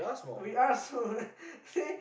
we are small actually